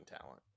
talent